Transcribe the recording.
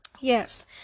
yes